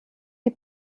die